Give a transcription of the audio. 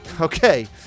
Okay